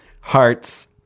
Hearts